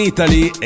Italy